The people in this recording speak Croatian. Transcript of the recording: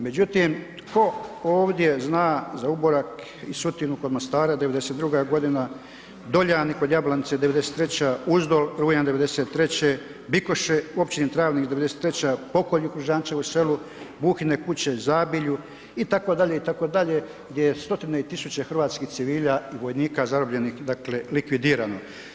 Međutim, tko ovdje zna za Uborak i Sutinu kod Mostara 92. godina, Doljani kod Jablanice 93., Uzdol rujan 93., Bikoše u općini Travnik 93., pokolj u Križančevu selu, Vuhine kuće u Zabilju itd. gdje je stotine i tisuće hrvatskih civila i vojnika zarobljenih dakle likvidirano.